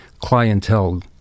clientele